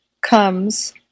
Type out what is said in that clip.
comes